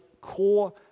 core